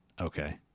Okay